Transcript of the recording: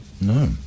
No